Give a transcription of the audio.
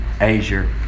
Asia